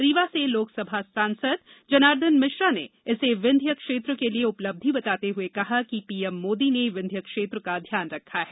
रीवा से लोकसभा सांसद जनार्दन मिश्रा ने इसे विंध्य क्षेत्र के लिए उपलब्धि बताते हुए कहा है कि पीएम मोदी ने विंध्य क्षेत्र का ध्यान रखा है